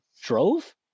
drove